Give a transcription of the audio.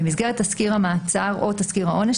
במסגרת תסקיר המעצר או תסקיר העונש,